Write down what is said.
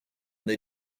they